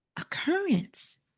occurrence